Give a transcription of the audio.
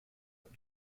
but